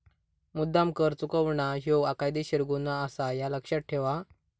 मुद्द्दाम कर चुकवणा ह्यो कायदेशीर गुन्हो आसा, ह्या लक्ष्यात ठेव हां